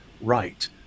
right